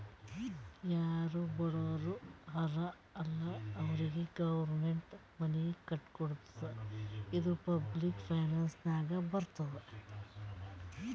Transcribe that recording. ಯಾರು ಬಡುರ್ ಹರಾ ಅಲ್ಲ ಅವ್ರಿಗ ಗೌರ್ಮೆಂಟ್ ಮನಿ ಕಟ್ಕೊಡ್ತುದ್ ಇದು ಪಬ್ಲಿಕ್ ಫೈನಾನ್ಸ್ ನಾಗೆ ಬರ್ತುದ್